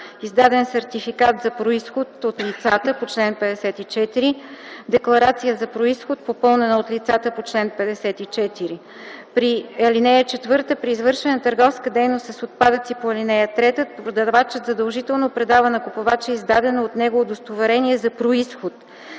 издаден сертификат за произход - от лицата по чл. 54; декларация за произход, попълнена от лицата по чл. 54”. Алинея 4 – „При извършване на търговска дейност с отпадъци по ал. 3 продавачът задължително предава на купувача издадено от него удостоверение за произход